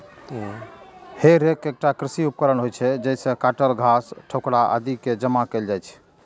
हे रैक एकटा कृषि उपकरण होइ छै, जइसे काटल घास, ठोकरा आदि कें जमा कैल जाइ छै